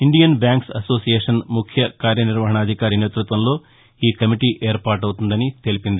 Indian banks association ముఖ్య కార్యనిర్వహణ అధికారి నేతృత్వంలో ఈ కమిటీ ఏర్పాటవుతుందని తెలిపింది